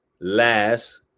last